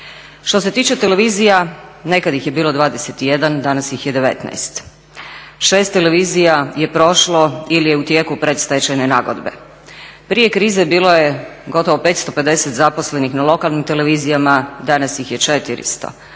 Što se tiče televizija, nekad ih je bilo 21, danas ih je 19. 6 televizija je prošlo ili je u tijeku predstečajne nagodbe. Prije krize bilo je gotovo 550 zaposlenih na lokalnim televizijama, danas ih je 400.